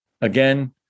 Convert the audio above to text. Again